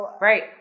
Right